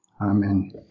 amen